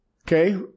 Okay